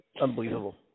unbelievable